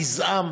גזעם,